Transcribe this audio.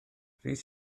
rhys